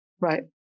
Right